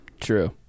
True